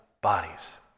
bodies